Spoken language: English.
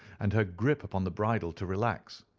and her grip upon the bridle to relax.